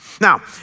Now